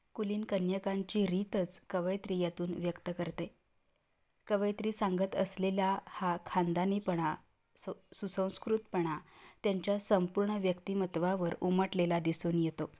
कुलीन कन्यकांची रीतच कवयित्री यातून व्यक्त करते कवयित्री सांगत असलेला हा खानदानीपणा स सुसंस्कृतपणा त्यांच्या संपूर्ण व्यक्तिमत्वावर उमटलेला दिसून येतो